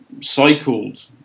cycled